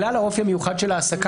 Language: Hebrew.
האם ההכללה של העובדים האלה בהוראת קבע